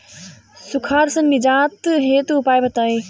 सुखार से निजात हेतु उपाय बताई?